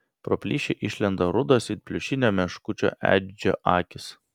pro plyšį išlenda rudos it pliušinio meškučio edžio akys